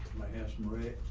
my handsome right